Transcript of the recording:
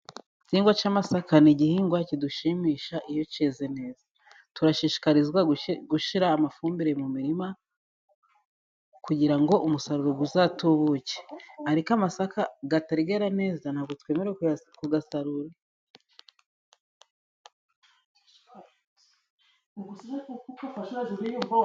Igihingwa cy'amasaka ni igihingwa kidushimisha iyo cyeze neza, turashishikarizwa gushyira amafumbire mu mirima kugira ngo umusaruro uzatubuke, ariko amasaka atari yera neza ntabwo twemerewe kuyasarura.